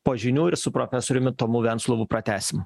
po žinių ir su profesoriumi tomu venslovu pratęsim